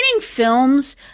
films